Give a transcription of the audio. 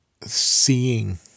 seeing